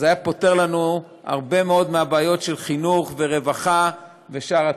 זה היה פותר לנו הרבה מאוד מהבעיות של חינוך ורווחה ושאר התחומים,